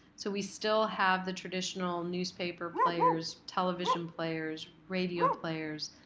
so we still have the traditional newspaper players, television players, radio players,